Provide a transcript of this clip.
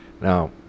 Now